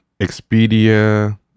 Expedia